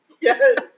Yes